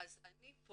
אני פה